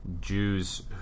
Jews